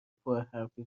پرحرفی